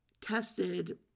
tested